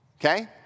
okay